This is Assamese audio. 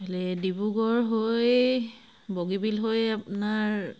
এইফালে ডিব্ৰুগড় হৈ বগীবিল হৈ আপোনাৰ